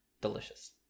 delicious